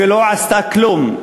ולא עשתה כלום.